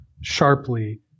sharply